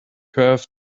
curved